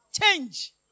Change